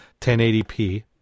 1080p